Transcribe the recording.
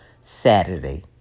Saturday